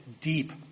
deep